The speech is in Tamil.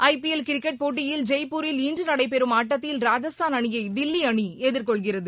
ஐ பில் எல் கிரிக்கெட் போட்டியில் ஜெய்ப்பூரில் இன்று நடைபெறும் ஆட்டத்தில் ராஜஸ்தான் அணியை தில்லி அணி எதிர்கொள்கிறது